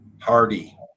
Hardy